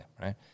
right